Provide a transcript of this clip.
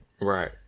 Right